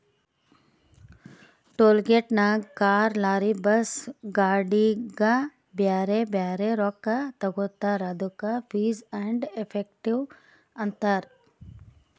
toll ಗೇಟ್ನಾಗ್ car, lorry, bus, ಗಾಡಿಗ ಬ್ಯಾರೆ ಬ್ಯಾರೆ ರೊಕ್ಕಾ ತಗೋತಾರ್ ಅದ್ದುಕ ಫೀಸ್ ಆ್ಯಂಡ್ ಎಫೆಕ್ಟಿವ್ ಅಂತಾರ್